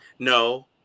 No